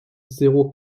zéro